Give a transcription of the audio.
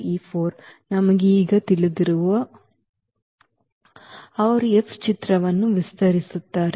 ಈ ನಮಗೆ ಈಗ ತಿಳಿದಿರುವುದು ಅವರು F ಚಿತ್ರವನ್ನು ವಿಸ್ತರಿಸುತ್ತಾರೆ